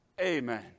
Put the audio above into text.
Amen